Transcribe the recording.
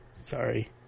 Sorry